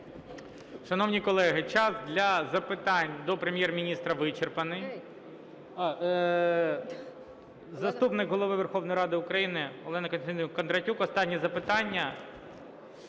Шановні колеги, час для запитань до Прем'єр-міністра вичерпаний. Заступник Голови Верховної Ради України Олена Кондратюк – останнє запитання.